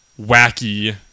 wacky